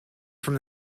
from